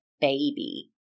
baby